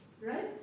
right